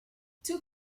two